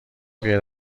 غیر